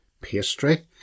pastry